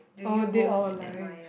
oh dead or alive